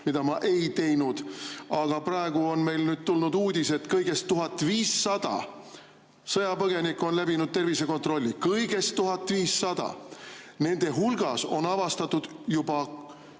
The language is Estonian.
mida ma ei teinud. Aga praegu on meile tulnud uudis, et kõigest 1500 sõjapõgenikku on läbinud tervisekontrolli. Kõigest 1500! Nende hulgas on juba